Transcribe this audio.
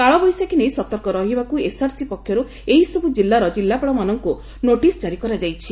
କାଳବୈଶାଖୀ ନେଇ ସତର୍କ ରହିବାକୁ ଏସ୍ଆର୍ସି ପକ୍ଷରୁ ଏହି ସବୁ ଜିଲ୍ଲାର ଜିଲ୍ଲାପାଳମାନଙ୍କୁ ନୋଟିସ୍ ଜାରି କରାଯାଇଛି